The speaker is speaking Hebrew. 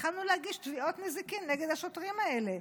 התחלנו להגיש תביעות נזיקין נגד השוטרים האלה,